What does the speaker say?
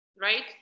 right